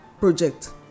project